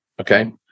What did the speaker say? Okay